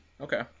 Okay